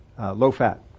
low-fat